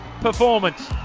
performance